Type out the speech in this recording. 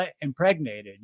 impregnated